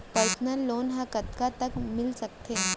Personal loan ह कतका तक मिलिस सकथे?